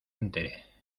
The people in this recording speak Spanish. entere